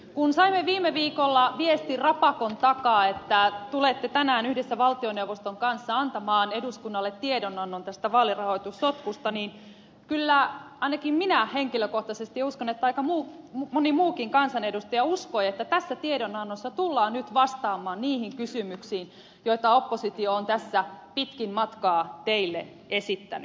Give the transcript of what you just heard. kun saimme viime viikolla viestin rapakon takaa että tulette tänään yhdessä valtioneuvoston kanssa antamaan eduskunnalle tiedonannon tästä vaalirahoitussotkusta niin kyllä ainakin minä henkilökohtaisesti uskoin ja uskon että aika moni muukin kansanedustaja uskoi että tässä tiedonannossa tullaan nyt vastaamaan niihin kysymyksiin joita oppositio on tässä pitkin matkaa teille esittänyt